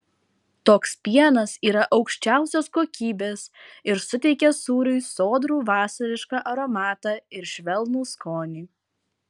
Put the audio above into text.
toks pienas yra aukščiausios kokybės ir suteikia sūriui sodrų vasarišką aromatą ir švelnų skonį